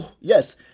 Yes